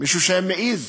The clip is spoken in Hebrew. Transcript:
מישהו שהיה מעז